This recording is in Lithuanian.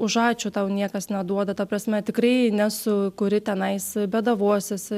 už ačiū tau niekas neduoda ta prasme tikrai nesu kuri tenais bėdavuosiuosi